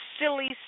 silly